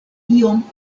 iom